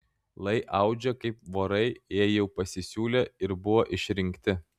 lai audžia kaip vorai jei jau pasisiūlė ir buvo išrinkti